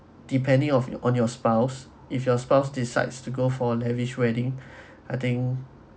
depending of your on your spouse if your spouse decides to go for lavish wedding I think